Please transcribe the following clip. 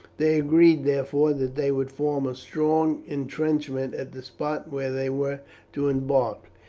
they agreed, therefore, that they would form a strong intrenchment at the spot where they were to embark.